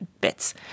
bits